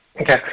Okay